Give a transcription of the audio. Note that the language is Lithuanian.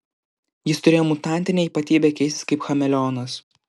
jis turėjo mutantinę ypatybę keistis kaip chameleonas